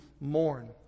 mourn